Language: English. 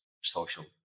social